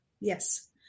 Yes